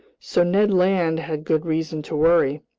so ned land had good reason to worry.